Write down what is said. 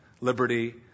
liberty